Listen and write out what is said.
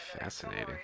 fascinating